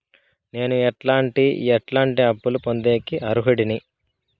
నేను ఎట్లాంటి ఎట్లాంటి అప్పులు పొందేకి అర్హుడిని?